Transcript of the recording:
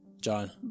John